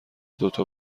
دوتا